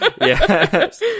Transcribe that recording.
yes